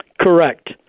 Correct